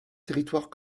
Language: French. territoire